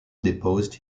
deposed